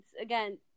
again